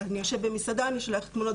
למשל במסעדה אני יושב ואני שולח תמונות,